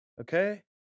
Okay